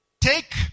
take